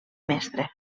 mestre